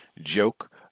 joke